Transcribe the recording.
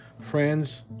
friends